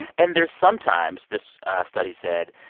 and there's sometimes, this study said,